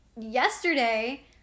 yesterday